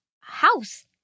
house